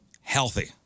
healthy